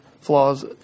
flaws